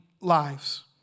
lives